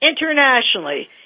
internationally